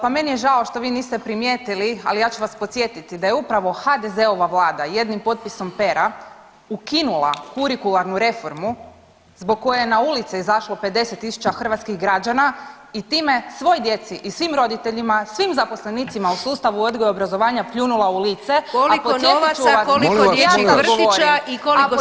Pa meni je žao što vi niste primijetili, ali ja ću vas podsjetiti da je upravo HDZ-ova Vlada jednim potpisom pera ukinula kurikularnu reformu zbog koje je na ulice izašlo 50 000 hrvatskih građana i time svoj djeci i svim roditeljima, svim zaposlenicima u sustavu odgoja i obrazovanja pljunula u lice, a podsjetit ću vas [[Upadica Bedeković: Koliko novaca, koliko dječjih vrtića i koliko samo mi to recite.]] [[Upadica Vidović: Molim vas!]] Ja sad govorim!